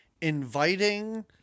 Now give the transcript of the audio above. inviting